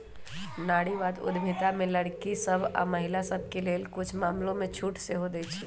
नारीवाद उद्यमिता में लइरकि सभ आऽ महिला सभके लेल कुछ मामलामें छूट सेहो देँइ छै